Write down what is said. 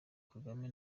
kagame